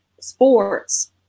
sports